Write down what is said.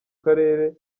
karere